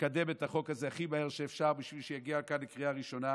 לקדם את החוק הזה הכי מהר שאפשר כדי שיגיע לכאן לקריאה ראשונה,